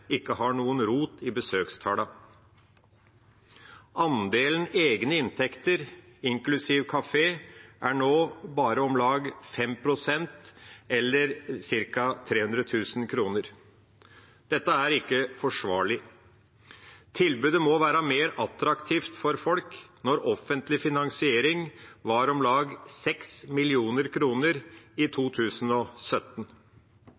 ikke har noen rot i besøkstallene. Andelen egne inntekter, inklusive kafé, er nå bare om lag 5 pst., eller ca. 300 000 kr. Dette er ikke forsvarlig. Tilbudet må være mer attraktivt for folk når offentlig finansiering var om lag 6 mill. kr i